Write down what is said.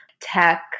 tech